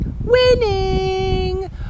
winning